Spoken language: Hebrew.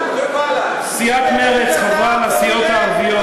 סיעת מרצ חברה לסיעות הערביות,